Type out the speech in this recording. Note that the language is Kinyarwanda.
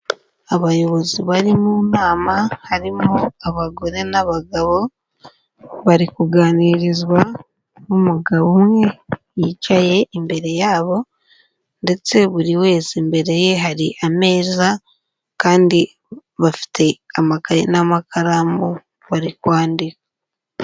Abayobozi bari mu nama harimo abagore n'abagabo, bari kuganirizwa n'umugabo umwe wicaye imbere yabo ndetse buri wese imbere ye hari ameza kandi bafite amakaye n'amakaramu bari kwandika.